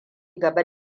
gaba